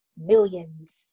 millions